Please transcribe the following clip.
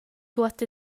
tuot